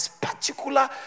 particular